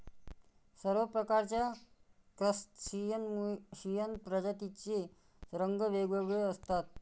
सर्व प्रकारच्या क्रस्टेशियन प्रजातींचे रंग वेगवेगळे असतात